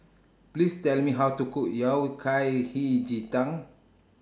Please Tell Me How to Cook Yao Kai Hei Ji Tang